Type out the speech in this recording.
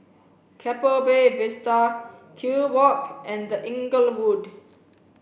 Keppel Bay Vista Kew Walk and The Inglewood